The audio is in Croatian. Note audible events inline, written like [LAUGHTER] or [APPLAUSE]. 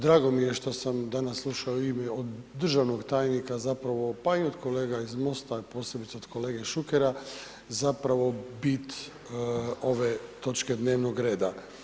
Drago mi je što sam danas slušao ... [UNINTELLIGIBLE] od državnog tajnika zapravo, pa i od kolega iz MOST-a, posebice od kolege Šukera, zapravo bit ove točke dnevnog reda.